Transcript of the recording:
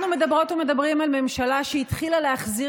אנחנו מדברות ומדברים על ממשלה שהתחילה להחזיר